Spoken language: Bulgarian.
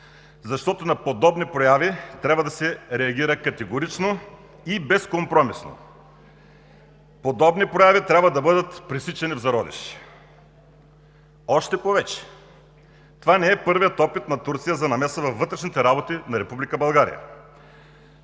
защото на подобни прояви трябва да се реагира категорично и безкомпромисно. Подобни прояви трябва да бъдат пресичани в зародиш. Още повече, това не е първият опит на Турция за намеса във вътрешните работи на